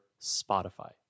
Spotify